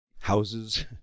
houses